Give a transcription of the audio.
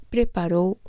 preparou